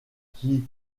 qui